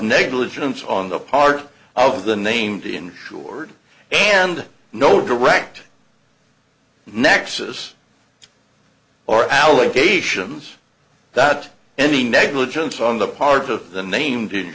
negligence on the part of the named insured and no direct nexus or allegations that any negligence on the part of the name